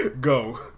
go